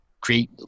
create